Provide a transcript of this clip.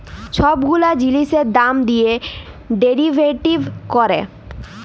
ছব গুলা জিলিসের দাম দিঁয়ে ডেরিভেটিভ ক্যরে